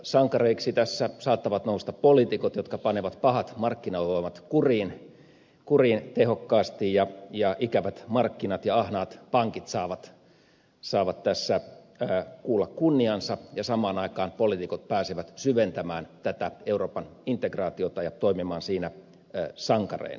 sankareiksi tässä saattavat nousta poliitikot jotka panevat pahat markkinavoimat kuriin tehokkaasti ja ikävät markkinat ja ahnaat pankit saavat tässä kuulla kunniansa ja samaan aikaan poliitikot pääsevät syventämään tätä euroopan integraatiota ja toimimaan siinä sankareina